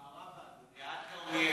במערב העיר, ליד כרמיאל.